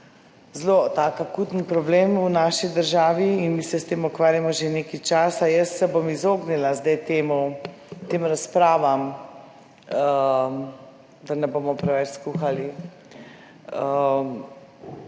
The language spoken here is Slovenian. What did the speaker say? zelo tak akuten problem v naši državi in mi se s tem ukvarjamo že nekaj časa. Jaz se bom izognila zdaj temu, tem razpravam, da ne bomo preveč skuhali